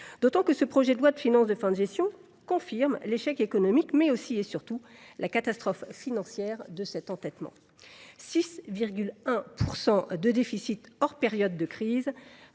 d’autant que ce projet de loi de finances de fin de gestion confirme l’échec économique et, surtout, la catastrophe financière provoqués par cet entêtement : 6,1 % de déficit hors période de crise,